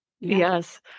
Yes